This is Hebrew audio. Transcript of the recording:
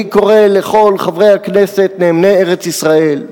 אני קורא לכל חברי הכנסת נאמני ארץ-ישראל,